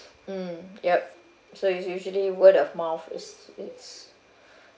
mm yup so it's usually word of mouth it's it's